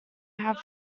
have